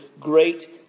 great